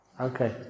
Okay